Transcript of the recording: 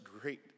great